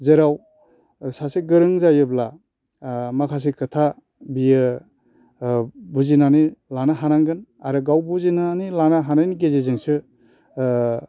जेराव सासे गोरों जायोब्ला माखासे खोथा बियो बुजिनानै लानो हानांगोन आरो गाव बुजिनानै लानो हानायनि गेजेरजोंसो